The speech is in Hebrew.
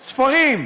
ספרים,